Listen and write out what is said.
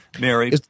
Mary